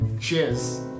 Cheers